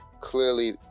clearly